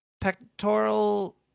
pectoral